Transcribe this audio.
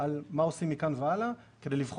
באותם אזורים